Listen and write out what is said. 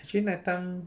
actually night time